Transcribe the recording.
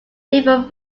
different